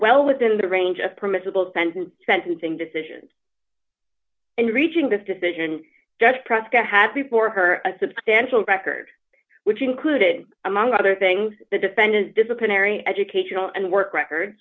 well within the range of permissible sentence sentencing decisions and reaching this decision just prescott had before her a substantial record which included among other things the defendant disciplinary educational and work record